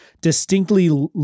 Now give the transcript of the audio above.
distinctly